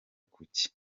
kuki